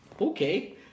okay